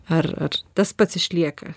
ar ar tas pats išlieka